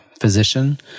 physician